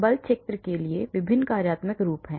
बल क्षेत्र के लिए विभिन्न कार्यात्मक रूप हैं